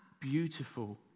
beautiful